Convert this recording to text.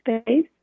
space